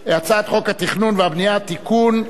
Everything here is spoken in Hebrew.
(תיקון,